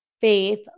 faith